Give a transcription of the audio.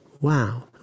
wow